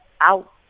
out